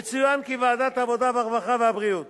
יצוין כי ועדת העבודה, הרווחה והבריאות